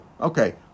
Okay